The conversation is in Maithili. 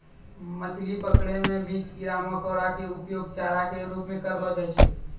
मछली पकड़ै मॅ भी कीड़ा मकोड़ा के उपयोग चारा के रूप म करलो जाय छै